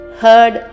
heard